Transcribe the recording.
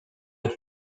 est